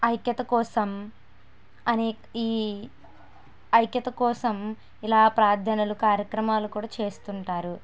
ఐక్యత కోసం అనేక ఈ ఐక్యత కోసం ఇలా ప్రార్ధనలు కార్యక్రమాలు కూడా చేస్తు ఉంటారు